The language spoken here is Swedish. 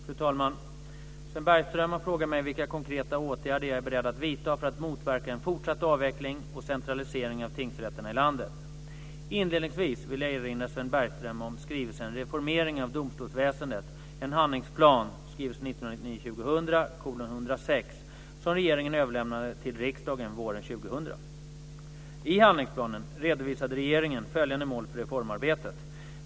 Fru talman! Sven Bergström har frågat mig vilka konkreta åtgärder jag är beredd att vidta för att motverka en fortsatt avveckling och centralisering av tingsrätterna i landet. Inledningsvis vill jag erinra Sven Bergström om skrivelsen Reformeringen av domstolsväsendet - en handlingsplan som regeringen överlämnade till riksdagen våren 2000. I handlingsplanen redovisade regeringen följande mål för reformarbetet.